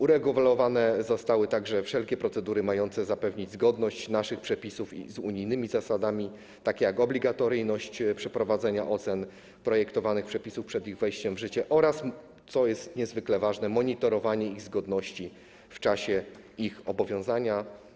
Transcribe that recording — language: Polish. Uregulowane zostały także wszelkie procedury mające zapewnić zgodność naszych przepisów z unijnymi zasadami, takimi jak obligatoryjność przeprowadzania oceny projektowanych przepisów przed ich wejściem w życie oraz, co jest niezwykle ważne, monitorowania ich zgodności w czasie ich obowiązywania.